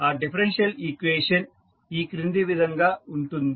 ఆ differential equation ఈక్రింది విధంగా ఉంటుంది